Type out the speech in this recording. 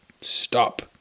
stop